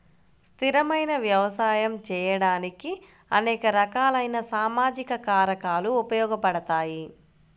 స్థిరమైన వ్యవసాయం చేయడానికి అనేక రకాలైన సామాజిక కారకాలు ఉపయోగపడతాయి